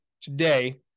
today